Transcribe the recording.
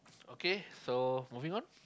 okay so moving on